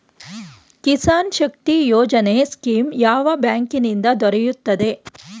Kisan Shakti Yojana scheme ಯಾವ ಬ್ಯಾಂಕಿನಿಂದ ದೊರೆಯುತ್ತದೆ?